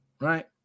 right